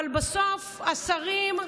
אבל בסוף השרים,